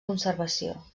conservació